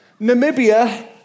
Namibia